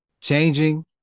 changing